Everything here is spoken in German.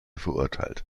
verurteilt